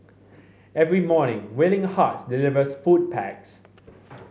every morning Willing Hearts delivers food packs